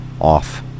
off